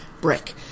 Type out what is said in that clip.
brick